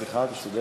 סליחה, אתה צודק,